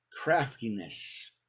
craftiness